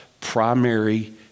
primary